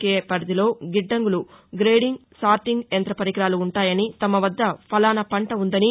K పరిధిలో గిడ్డంగులు grading sorting యంత్ర పరికరాలు ఉంటాయని తమ వద్ద ఫలానా పంట ఉందని